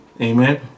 Amen